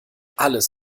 alles